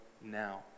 now